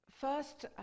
first